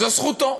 זו זכותו.